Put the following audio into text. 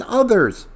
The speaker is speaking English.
others